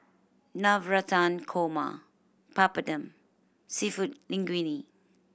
Navratan Korma Papadum Seafood Linguine